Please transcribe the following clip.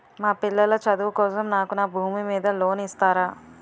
మా పిల్లల చదువు కోసం నాకు నా భూమి మీద లోన్ ఇస్తారా?